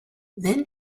then